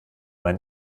mein